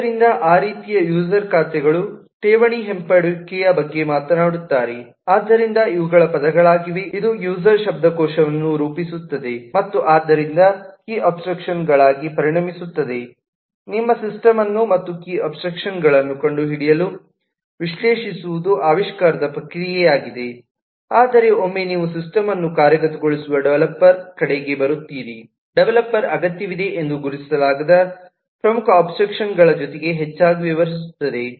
ಆದ್ದರಿಂದ ಆ ರೀತಿಯ ಯೂಸರ್ ಖಾತೆಗಳು ಠೇವಣಿ ಹಿಂಪಡೆಯುವಿಕೆಯ ಬಗ್ಗೆ ಮಾತನಾಡುತ್ತಾರೆ ಆದ್ದರಿಂದ ಇವುಗಳು ಪದಗಳಾಗಿವೆ ಇದು ಯೂಸರ್ ಶಬ್ದಕೋಶವನ್ನು ರೂಪಿಸುತ್ತದೆ ಮತ್ತು ಆದ್ದರಿಂದ ಕೀ ಅಬ್ಸ್ಟ್ರಾಕ್ಷನ್ ಗಳಾಗಿ ಪರಿಣಮಿಸುತ್ತದೆ ನಿಮ್ಮ ಸಿಸ್ಟಮ್ ಮತ್ತು ಈ ಕೀ ಅಬ್ಸ್ಟ್ರಾಕ್ಷನ್ ಗಳನ್ನು ಕಂಡುಹಿಡಿಯಲು ವಿಶ್ಲೇಷಿಸುವುದು ಆವಿಷ್ಕಾರದ ಪ್ರಕ್ರಿಯೆಯಾಗಿದೆ ಆದರೆ ಒಮ್ಮೆ ನೀವು ಸಿಸ್ಟಮ್ ಅನ್ನು ಕಾರ್ಯಗತಗೊಳಿಸುವ ಡೆವಲಪರ್ ಕಡೆಗೆ ಬರುತ್ತೀರಿ ಡೆವಲಪರ್ ಅಗತ್ಯವಿದೆ ಎಂದು ಗುರುತಿಸಲಾದ ಪ್ರಮುಖ ಅಬ್ಸ್ಟ್ರಾಕ್ಷನ್ ಗಳ ಜೊತೆಗೆ ಹೆಚ್ಚಾಗಿ ವ್ಯವಹರಿಸುತ್ತದೆ